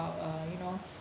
about uh you know